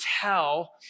tell